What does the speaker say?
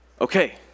Okay